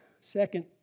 second